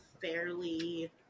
fairly